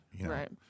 Right